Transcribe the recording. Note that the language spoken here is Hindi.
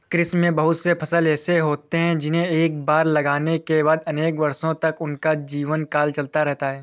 कृषि में बहुत से फसल ऐसे होते हैं जिन्हें एक बार लगाने के बाद अनेक वर्षों तक उनका जीवनकाल चलता रहता है